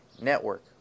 Network